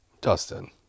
Dustin